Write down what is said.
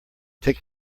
take